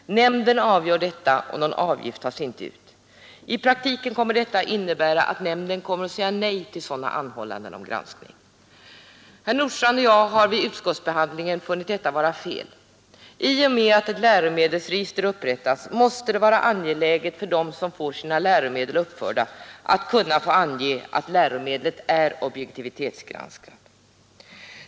Nämnden avgör detta, och någon avgift tas inte ut. I praktiken kommer detta att innebära att nämnden kommer att säga nej till sådana anhållanden om granskning. Herr Nordstrandh och jag har vid utskottsbehandlingen funnit detta vara fel. I och med att ett läromedelsregister upprättas måste det vara angeläget för dem som får sina läromedel uppförda att kunna få ange att läromedlet är objektivitetsgranskat.